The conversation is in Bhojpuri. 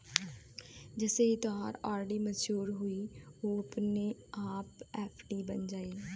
जइसे ही तोहार आर.डी मच्योर होइ उ अपने आप एफ.डी बन जाइ